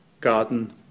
garden